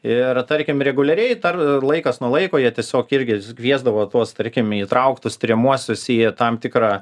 ir tarkim reguliariai tar laikas nuo laiko jie tiesiog irgi kviesdavo tuos tarkim įtrauktus tiriamuosius į tam tikrą